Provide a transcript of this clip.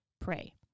pray